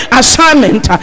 assignment